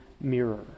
mirror